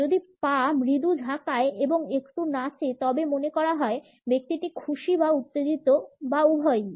যদি পা মৃদু ঝাঁকায় এবং একটু নাচে তবে মনে করা হয় ব্যক্তিটি খুশি বা উত্তেজিত বা উভয়ই